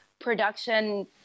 production